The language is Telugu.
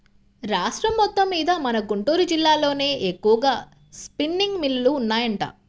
రాష్ట్రం మొత్తమ్మీద మన గుంటూరు జిల్లాలోనే ఎక్కువగా స్పిన్నింగ్ మిల్లులు ఉన్నాయంట